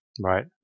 Right